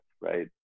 Right